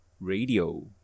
Radio